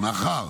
מאחר